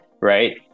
right